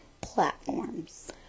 platforms